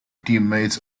teammates